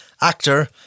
actor